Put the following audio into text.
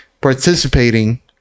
participating